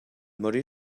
morir